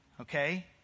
okay